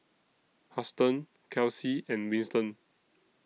Huston Kelsea and Winston